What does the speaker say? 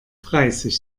dreißig